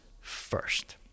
first